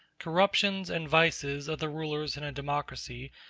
corruption and vices of the rulers in a democracy,